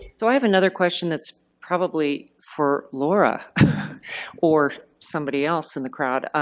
so i have another question that's probably for laura or somebody else in the crowd.